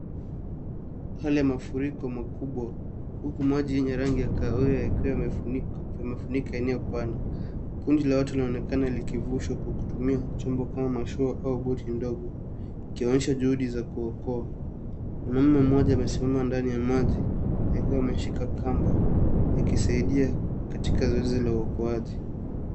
Hali mafuriko makubwa huku maji yenye rangi ya kahawia yakiwa yamefunika eneo pana. Kundi la watu laonekana likivushwa kwa kutumia chombo kama mashua au boti ndogo, ikiwaonesha juhudi za kuokoa. Mwanaume mmoja amesimama ndani ya maji, akiwa ameshika kamba akisaidia katika zoezi la uokoaji.